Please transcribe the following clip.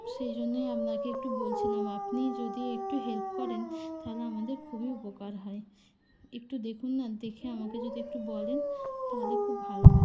সেই জন্যেই আপনাকে একটু বলছিলাম আপনি যদি একটু হেল্প করেন তাহলে আমাদের খুবই উপকার হয় একটু দেখুন না দেখে আমাকে যদি একটু বলেন তাহলে খুব ভালো হয়